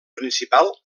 principal